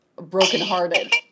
brokenhearted